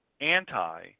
anti